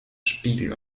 spiegel